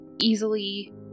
easily